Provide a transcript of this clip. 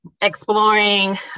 exploring